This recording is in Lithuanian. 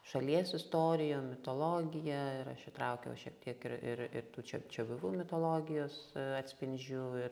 šalies istorijom mitologija ir aš įtraukiau šiek tiek ir ir ir tų čia čiabuvių mitologijos atspindžių ir